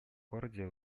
городе